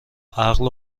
عقل